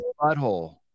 butthole